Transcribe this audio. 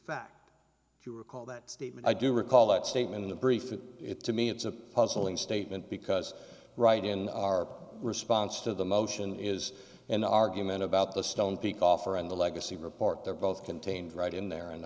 if you recall that statement i do recall that statement in the brief and it to me it's a puzzling statement because right in our response to the motion is an argument about the stone think offer on the legacy report they're both contained right in there